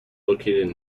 located